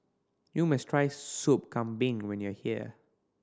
you must try Sop Kambing when you are here